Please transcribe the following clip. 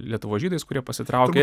lietuvos žydais kurie pasitraukė